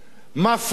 מפריע לי,